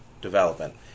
development